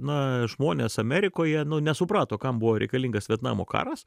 na žmonės amerikoje nesuprato kam buvo reikalingas vietnamo karas